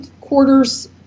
quarters